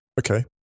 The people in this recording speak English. Okay